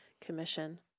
Commission